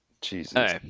Jesus